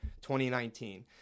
2019